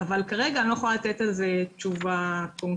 אבל כרגע אני לא יכולה לתת על זה תשובה קונקרטית.